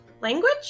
Language